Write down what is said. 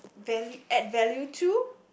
valid add value too